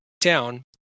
town